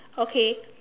okay